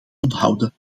onthouden